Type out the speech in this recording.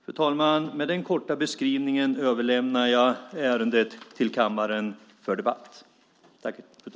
Fru talman! Med den korta beskrivningen överlämnar jag ärendet till kammaren för debatt.